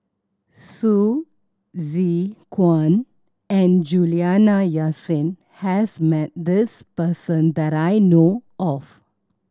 Hsu Tse Kwang and Juliana Yasin has met this person that I know of